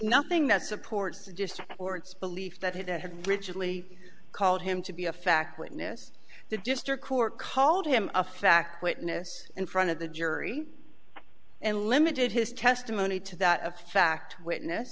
nothing that supports just or its belief that it had rigidly called him to be a fact witness the district court called him a fact witness in front of the jury and limited his testimony to that fact witness